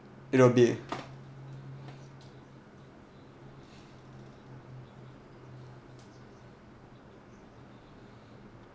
you know they